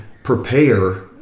Prepare